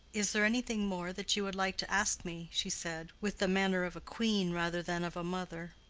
is there anything more that you would like to ask me? she said, with the matter of a queen rather than of a mother.